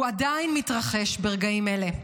הוא עדיין מתרחש ברגעים אלה.